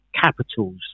capitals